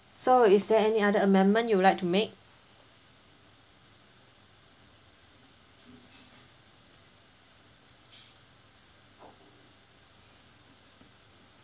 so is there any other amendment you would like to make